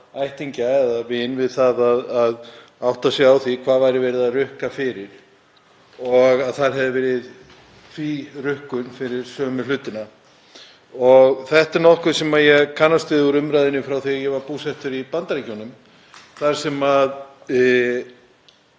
ættingja eða vini við það að átta sig á því hvað væri verið að rukka fyrir og að það hefði verið tvírukkun fyrir sömu hlutina. Þetta er nokkuð sem ég kannast við úr umræðunni frá því að ég var búsettur í Bandaríkjunum þar sem